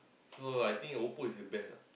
so I think Oppo is the best ah